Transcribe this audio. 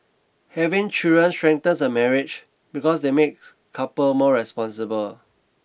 having children strengthens a marriage because they make couples more responsible